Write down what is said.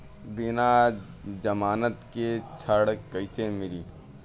बिना जमानत के ऋण कईसे मिली?